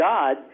God